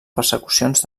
persecucions